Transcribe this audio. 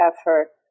effort